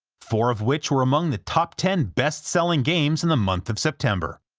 four of which were among the top ten best-selling games in the month of september.